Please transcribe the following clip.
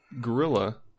gorilla